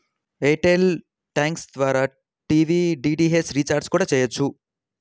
air tell thanks app ద్వారా TV DTH recharge కూడా చెయ్యొచ్చు